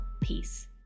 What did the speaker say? peace